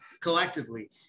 collectively